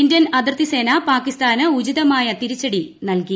Indian അതിർത്തി സേന പാകിസ്ഥാന് ഉചിതമായ തിരിച്ചടി നൽകി